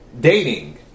Dating